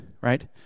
right